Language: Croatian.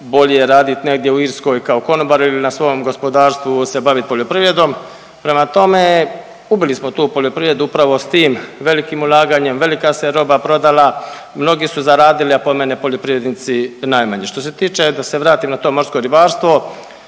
je raditi negdje u Irskoj kao konobar ili na svom gospodarstvu se bavit poljoprivredom. Prema tome, ubili smo tu poljoprivredu upravo sa tim velikim ulaganjem, velika se roba prodala, mnogi su zaradili a po meni poljoprivrednici najmanje. Što se tiče da se vratim na to morsko ribarstvo